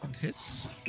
hits